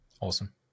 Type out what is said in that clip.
Awesome